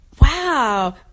Wow